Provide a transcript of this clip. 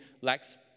lacks